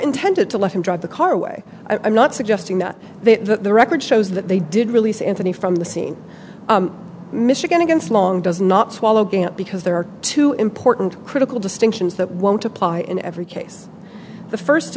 intended to let him drive the car away i'm not suggesting that the record shows that they did release anthony from the scene michigan against long does not swallow going up because there are two important critical distinctions that won't apply in every case the first